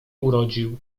urodził